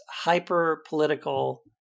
hyper-political